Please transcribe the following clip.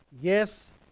Yes